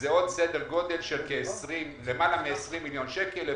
זה עוד סדר גודל של למעלה מ-20 מיליון שקלים.